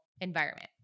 environment